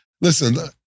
listen